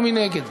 מי נגד?